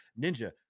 ninja